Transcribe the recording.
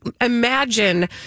imagine